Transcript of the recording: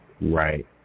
Right